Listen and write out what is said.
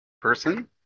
person